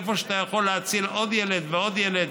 איפה שאתה יכול להציל עוד ילד ועוד ילד,